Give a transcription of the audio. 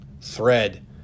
thread